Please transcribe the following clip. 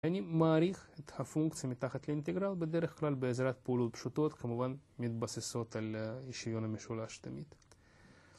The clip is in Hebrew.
אני מעריך את הפונקציה מתחת לאינטגרל בדרך כלל בעזרת פעולות פשוטות, כמובן מתבססות על אי שיוויון המשולש, תמיד.